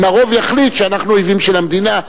אם הרוב יחליט שאנחנו אויבים של המדינה,